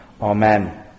Amen